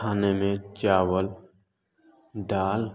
खाने में चावल दाल